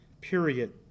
Period